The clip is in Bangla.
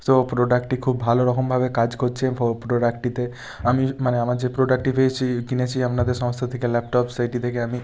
তো প্রোডাক্টটি খুব ভালো রকমভাবে কাজ করছে প্রোডাক্টটিতে আমি মানে আমার যে প্রোডাক্টটি পেয়েছি কিনেছি আপনাদের সংস্থা থেকে ল্যাপটপ সেইটি থেকে আমি